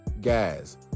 Guys